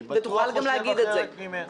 אני בטוח חושב אחרת ממך.